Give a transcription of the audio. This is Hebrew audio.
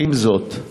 עם זאת,